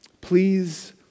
Please